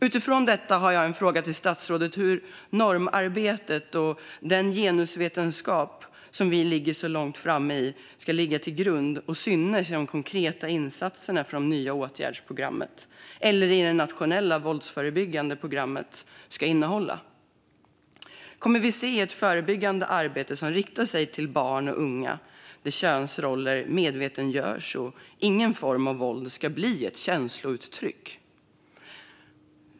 Utifrån detta vill jag fråga statsrådet hur normarbetet och den genusvetenskap där vi ligger så långt framme ska ligga till grund för och synas i de konkreta insatser som det nya åtgärdsprogrammet och det nationella våldsförebyggande programmet ska innehålla. Kommer vi att se ett förebyggande arbete som riktar sig till barn och unga där könsroller medvetandegörs och där ingen form av våld ska bli ett känslouttryck?